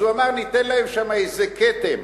אז הוא אמר: ניתן להם שם איזה כתם.